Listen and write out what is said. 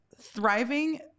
thriving